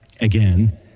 again